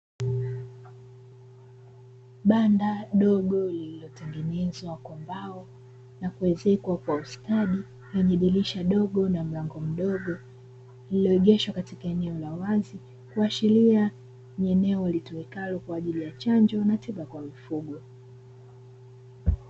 Banda dogo lililotengenezwa kwa mbao na kuwezekwa kwa ustadi lenye dirisha dogo na mlango mdogo, lililoegeshwa katika eneo la wazi kuashiria ni eneo litumikalo kwajili ya chanzo na tiba kwa mifugo.